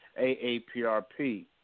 AAPRP